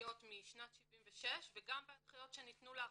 בהנחיות משנת 1976 וגם בהנחיות שניתנו לאחרונה,